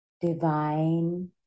divine